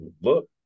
look